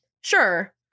sure